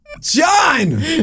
John